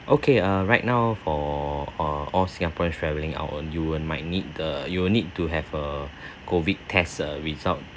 okay err right now for err all singaporean travelling out on you will might need the you will need to have a COVID test err result